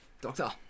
Doctor